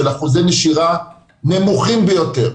של אחוזי נשירה נמוכים ביותר,